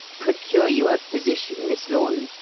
procure you a position, miss lorne?